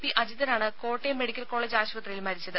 P അജിതനാണ് Kottayam medical college ആശുപത്രിയിൽ മരിച്ചത്